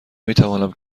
میتوانم